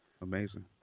Amazing